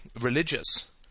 religious